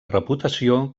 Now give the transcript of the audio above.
reputació